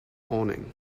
awning